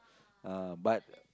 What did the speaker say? ah but